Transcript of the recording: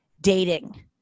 dating